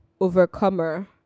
overcomer